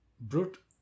Brute